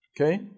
Okay